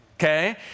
okay